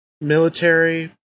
military